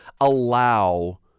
allow